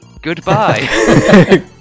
Goodbye